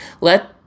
Let